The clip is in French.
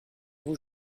vous